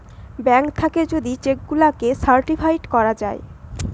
bank থাকে যদি cheque গুলাকে সার্টিফাইড করা যায়